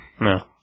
no